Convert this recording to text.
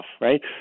right